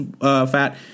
fat